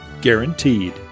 guaranteed